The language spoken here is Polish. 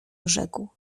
rzekł